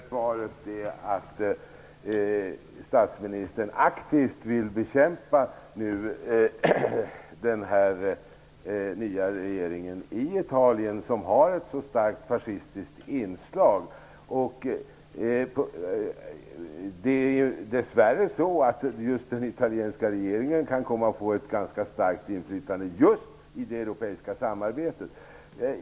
Fru talman! Betyder det här svaret att statsministern aktivt vill bekämpa den nya regeringen i Italien som har ett så starkt fascistiskt inslag? Det är dess värre så att den italienska regeringen kan komma att få ett ganska starkt inflytande just i det europeiska samarbetet.